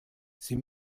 sie